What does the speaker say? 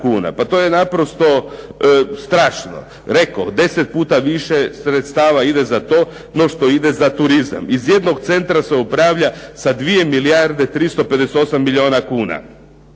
Pa to je naprosto strašno. Rekoh 10 puta više ide sredstava za to no što ide za turizam. Iz jednog centra se upravlja sa 2 milijarde 358 milijuna kuna.